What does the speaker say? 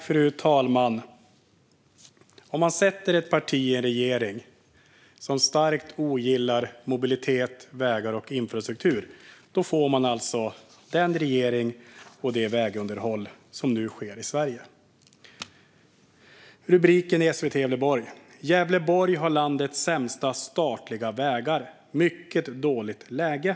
Fru talman! Om man sätter ett parti som starkt ogillar mobilitet, vägar och infrastruktur i en regering får man alltså den regering och det vägunderhåll som vi nu har i Sverige. Det här är en rubrik hos SVT Gävleborg: "Gävleborg har landets sämsta statliga vägar: 'Mycket dåligt läge'."